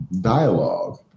dialogue